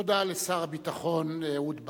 תודה לשר הביטחון, אהוד ברק.